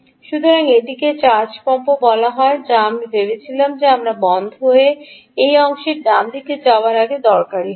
সুতরাং এটিকে চার্জ পাম্পও বলা হয় যা আমি ভেবেছিলাম যে আমরা বন্ধ হয়ে এই অংশে ডানদিকে যাওয়ার আগে দরকারী হবে